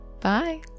Bye